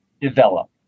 develop